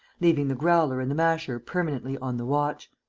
leaving the growler and the masher permanently on the watch.